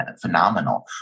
phenomenal